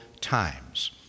times